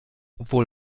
obwohl